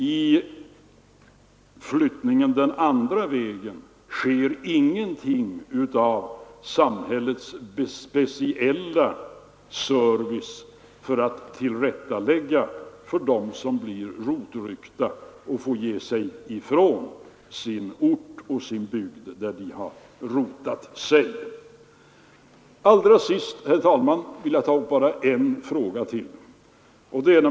Vid flyttning den andra vägen förekommer ingenting av samhällets speciella service för att tillrättalägga för dem som blir rotryckta och får ge sig ifrån sin ort och sin bygd. Allra sist, herr talman, vill jag ta upp bara en fråga till.